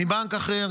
מבנק אחר,